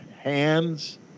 hands